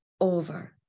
over